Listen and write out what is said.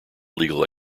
legal